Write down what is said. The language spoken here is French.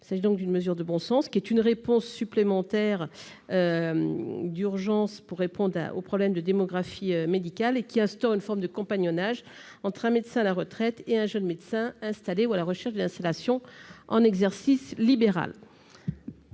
Il s'agit d'une mesure de bon sens qui permet d'apporter une première réponse d'urgence aux problèmes de démographie médicale. Ce dispositif instaure une forme de compagnonnage entre un médecin à la retraite et un jeune médecin installé ou à la recherche d'une installation en exercice libéral.